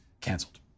canceled